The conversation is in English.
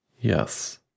Yes